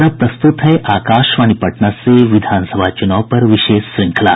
और अब प्रस्तुत है आकाशवाणी पटना से विधान सभा चुनाव पर विशेष श्रृंखला